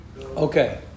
okay